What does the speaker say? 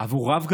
עבור רב גדול?